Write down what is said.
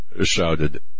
shouted